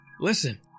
Listen